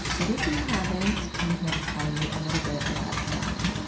but if you haven't i'm here to tell you a little bit about them.